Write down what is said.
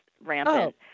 rampant